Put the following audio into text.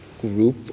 group